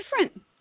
different